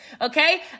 okay